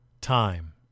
time